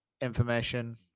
information